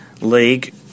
League